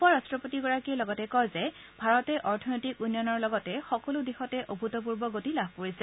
উপ ৰাষ্ট্ৰপতিগৰাকীয়ে লগতে কয় যে ভাৰতত অৰ্থনৈতিক উন্নয়নৰ লগতে সকলো দিশতে অভূতপূৰ্ব গতি লাভ কৰিছে